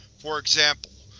for example,